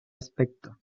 aspecto